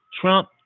Trump